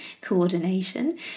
coordination